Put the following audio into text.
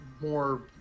more